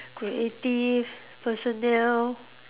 creative personal